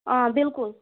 آ بِلکُل